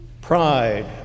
Pride